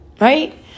Right